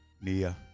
Nia